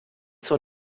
zur